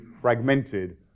fragmented